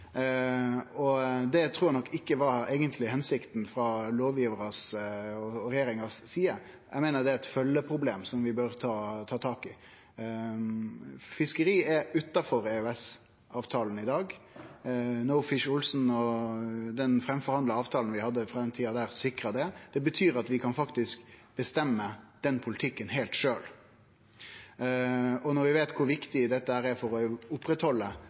og det trur eg nok ikkje eigentleg var hensikta frå lovgivarane og regjeringa si side. Eg meiner det er eit følgjeproblem som vi bør ta tak i. Fiskeri er utanfor EØS-avtalen i dag. «No Fish Olsen» og den framforhandla avtalen vi hadde frå den tida, sikra det. Det betyr at vi faktisk kan bestemme den politikken heilt sjølve. Når vi veit kor viktig dette er for å